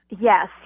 Yes